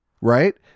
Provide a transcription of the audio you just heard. right